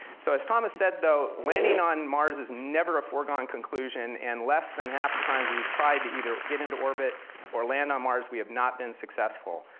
so as thomas said, though, landing on mars is never a foregone conclusion, and less than half of the times we've tried to either get into orbit or land on mars, we have not been successful.